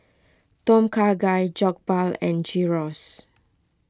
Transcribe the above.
Tom Kha Gai Jokbal and Gyros